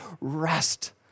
rest